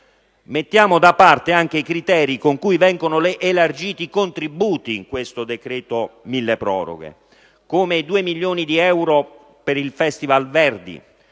Mettiamo da parte anche i criteri con cui vengono elargiti i contributi in questo decreto milleproroghe, come i 2 milioni di euro per il festival Verdi